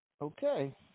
Okay